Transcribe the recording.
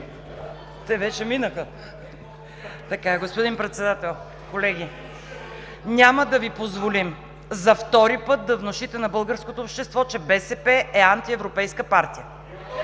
(БСП за България): Господин Председател, колеги, няма да Ви позволим за втори път да внушите на българското общество, че БСП е антиевропейска партия.